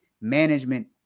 management